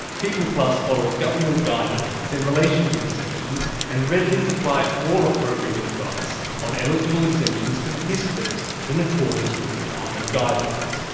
peopleplus follow government guidelines in relation to exemptions and readily supply all appropriate advice on eligible exemptions to participants in accordance with the department guidelines.